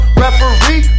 referee